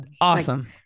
awesome